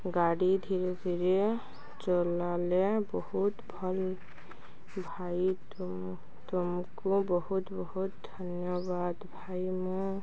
ଗାଡ଼ି ଧୀରେ ଧୀରେ ଚଲାଇଲେ ବହୁତ ଭଲ ଭାଇ ତୁମକୁ ବହୁତ ବହୁତ ଧନ୍ୟବାଦ ଭାଇ ମୁଁ